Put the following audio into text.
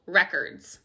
records